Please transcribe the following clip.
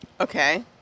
Okay